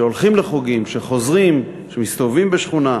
שהולכים לחוגים, שחוזרים, שמסתובבים בשכונה.